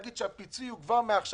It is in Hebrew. הפיצוי צריך להיות מאותו רגע.